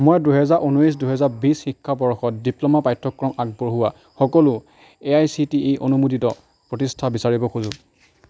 মই দুহেজাৰ ঊনৈছ দুহেজাৰ বিছ শিক্ষাবৰ্ষত ডিপ্ল'মা পাঠ্যক্ৰম আগবঢ়োৱা সকলো A I C T E অনুমোদিত প্ৰতিষ্ঠান বিচাৰিব খোজো